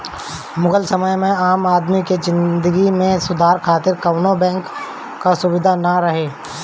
मुगल समय में आम आदमी के जिंदगी में सुधार खातिर कवनो बैंक कअ सुबिधा ना रहे